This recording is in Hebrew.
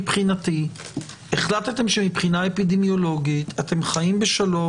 מבחינתי החלטתם שמבחינה אפידמיולוגית אתם חיים בשלום